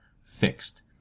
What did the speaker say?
fixed